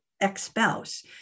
ex-spouse